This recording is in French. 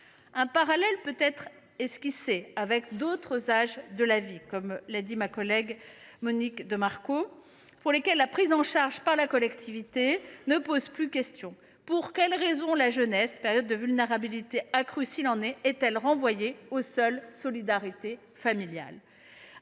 un parallèle peut être esquissé avec d’autres âges de la vie – ma collègue Monique de Marco l’indiquait – pour lesquels la prise en charge par la collectivité ne pose plus question. Pour quelle raison la jeunesse, période de vulnérabilité accrue s’il en est, est elle renvoyée aux seules solidarités familiales ?